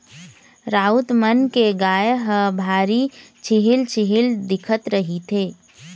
राउत मन के गाय ह भारी छिहिल छिहिल दिखत रहिथे